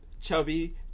chubby